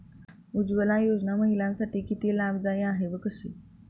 उज्ज्वला योजना महिलांसाठी किती लाभदायी आहे व कशी?